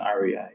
REI